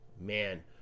man